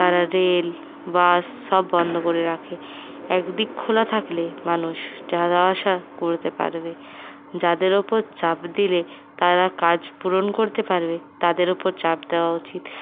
তারা rail bus সব বন্ধ করে রাখে একদিক খোলা থাকলে মানুষ যাওয়া আসা করতে পারবে যাদের উপর চাপ দিলে তারা কাজ পূরণ করতে পারবে তাদের উপর দেওয়া উচিত